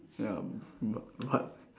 ya b~ but